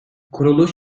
kuruluş